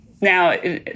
now